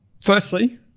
firstly